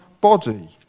body